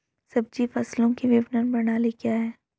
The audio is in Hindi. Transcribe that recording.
सब्जी फसलों की विपणन प्रणाली क्या है?